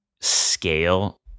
scale